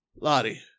Lottie